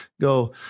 go